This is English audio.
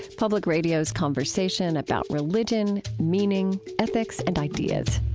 public radio's conversation about religion, meaning, ethics, and ideas